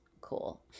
cool